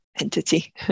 entity